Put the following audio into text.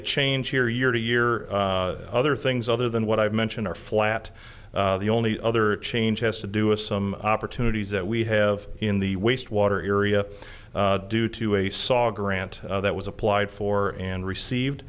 a change here year to year other things other than what i've mentioned are flat the only other change has to do with some opportunities that we have in the wastewater area due to a saw grant that was applied for and received